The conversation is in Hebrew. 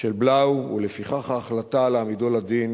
של בלאו, ולפיכך ההחלטה להעמידו לדין